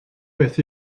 beth